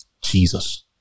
Jesus